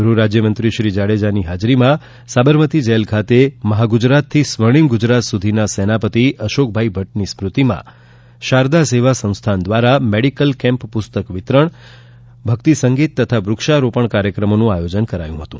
ગૃહ રાજ્યમંત્રી શ્રી જાડેજાની હાજરીમાં સાબરમતી જેલ ખાતે મહાગુજરાતથી સ્વર્ણિમ ગુજરાત સુધીના સેનાપતિ અશોકભાઈ ભટ્ટની સ્મ્રતિમાં શારદા સેવા સંસ્થાન દ્વારા મેડીકલ કેમ્પ પુસ્તક વિતરણ ભક્તિસંગીત તથા વૃક્ષારોપણ કાર્યક્રમોનું આયોજન કરાયું હતું